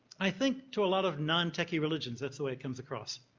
i think, to a lot of non-techie religions, that's the way it comes across.